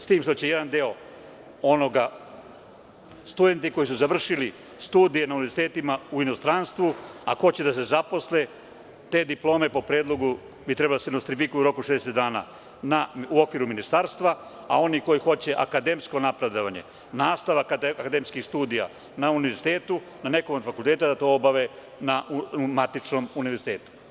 S tim što će jedan deo, a to su studenti koji su završili studije na univerzitetima u inostranstvu ako hoće da se zaposle, te diplome po predlogu bi trebalo da se nostrifikuju u roku od 60 dana u okviru ministarstva, a oni koji hoće akademsko napredovanje, nastavak akademskih studija na univerzitetu, na nekom od fakulteta da to obave na matičnom univerzitetu.